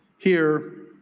here,